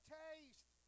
taste